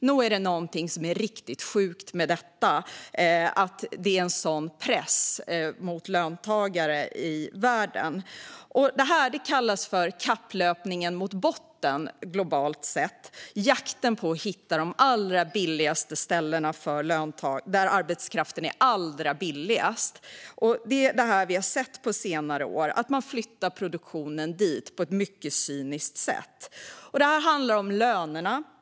Nog är det något riktigt sjukt med att det är sådan press mot löntagare i världen? Detta är en kapplöpning mot botten, globalt sett. Det är en ständig jakt på de allra billigaste ställena - de ställen där arbetskraften är allra billigast. Man flyttar produktionen dit på ett mycket cyniskt sätt, som vi har sett under senare år.